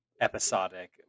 episodic